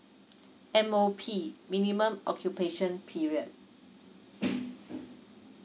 M O P minimum occupation period